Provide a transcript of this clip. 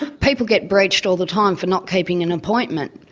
people get breached all the time for not keeping an appointment,